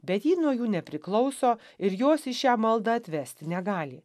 bet ji nuo jų nepriklauso ir jos į šią maldą atvesti negali